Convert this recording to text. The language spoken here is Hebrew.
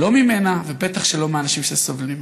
לא ממנה ובטח שלא מאנשים שסובלים.